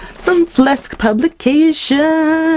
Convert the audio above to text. from flesk publications!